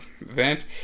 event